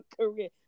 career